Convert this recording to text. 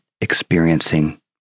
experiencing